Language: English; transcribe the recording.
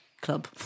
club